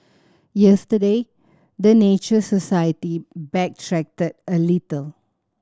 yesterday the Nature Society backtracked a little